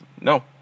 No